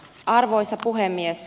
arvoisa puhemies